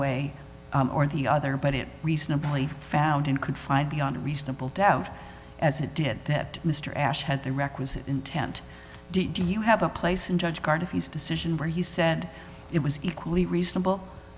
way or the other but it reasonably found and could find beyond reasonable doubt as it did that mr ashe had the requisite intent to do you have a place in judge part of his decision where he said it was equally reasonable